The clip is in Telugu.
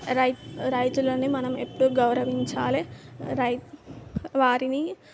రై రైతులని మనం ఎప్పుడూ గౌరవించాలి రై వారిని